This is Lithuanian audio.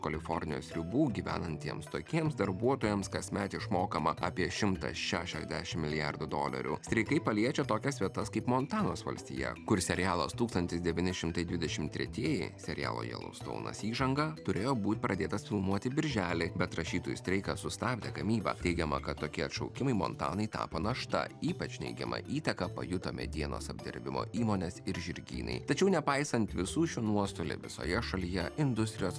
kalifornijos ribų gyvenantiems tokiems darbuotojams kasmet išmokama apie šimtas šešiasdešim milijardų dolerių streikai paliečia tokias vietas kaip montanos valstija kur serialas tūkstantis devyni šimtai devyniasdešim tretieji serialo jelaustonas įžanga turėjo būt pradėtas filmuoti birželį bet rašytojų streikas sustabdė gamybą teigiama kad tokie atšaukimai montanai tapo našta ypač neigiamą įtaką pajuto medienos apdirbimo įmonės ir žirgynai tačiau nepaisant visų šių nuostolių visoje šalyje industrijos